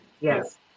Yes